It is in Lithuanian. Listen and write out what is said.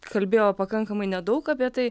kalbėjo pakankamai nedaug apie tai